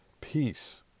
Peace